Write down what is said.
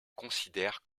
considère